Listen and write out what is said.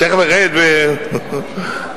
יואל חסון.